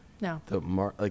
No